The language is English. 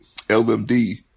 LMD